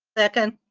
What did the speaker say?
second.